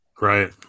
right